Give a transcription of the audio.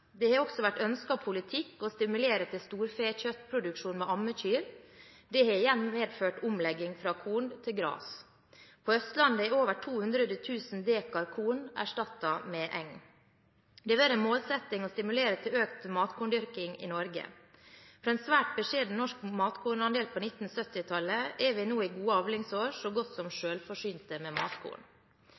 også vært ønsket politikk å stimulere til storfekjøttproduksjon med ammekyr. Det har igjen medført omlegging fra korn til gras. På Østlandet er over 200 000 dekar korn erstattet med eng. Det har vært en målsetting å stimulere til økt matkorndyrking i Norge. Fra en svært beskjeden norsk matkornandel på 1970-tallet er vi nå i gode avlingsår så godt som selvforsynt med